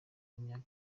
imyaka